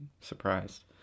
surprised